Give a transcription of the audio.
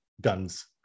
guns